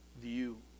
View